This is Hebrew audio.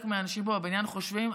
מה שחלק מהאנשים פה בבניין חושבים,